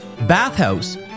Bathhouse